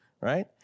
Right